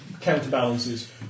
counterbalances